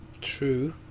True